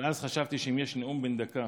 אבל אז חשבתי שאם יש נאום בן דקה,